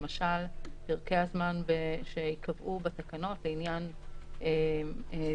למשל פרקי הזמן שייקבעו בתקנות לעניין תיקים